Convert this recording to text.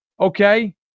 Okay